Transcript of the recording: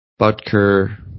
Butker